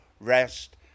rest